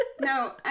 No